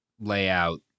layout